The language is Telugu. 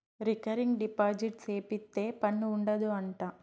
రికరింగ్ డిపాజిట్ సేపిత్తే పన్ను ఉండదు అంట